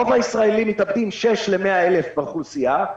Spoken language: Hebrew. רוב הישראלים מתאבדים בשיעור של 6:100,000 בכלל האוכלוסייה,